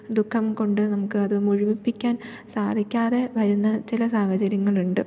ദുഃഖംകൊണ്ട് നമുക്ക് അത് മുഴുവിപ്പിക്കാൻ സാധിക്കാതെ വരുന്ന ചില സാഹചര്യങ്ങളുണ്ട്